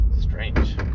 strange